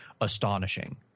astonishing